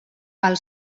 pel